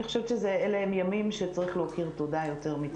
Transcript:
אני חושבת שאלה הם ימים שצריך להוקיר תודה יותר מתמיד.